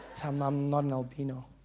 um am not an albino.